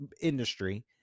industry